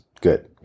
good